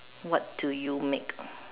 what do you make